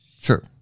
Sure